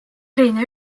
erine